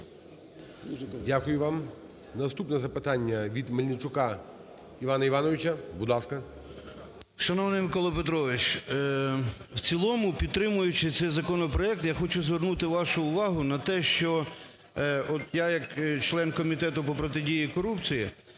Дякую вам. Наступне запитання від Мельничука Івана Івановича, будь ласка. 11:02:12 МЕЛЬНИЧУК І.І. Шановний Микола Петрович, в цілому підтримуючи цей законопроект, я хочу звернути вашу увагу на те, що от я як член Комітету по протидії корупції